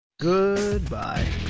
Goodbye